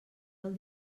del